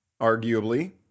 arguably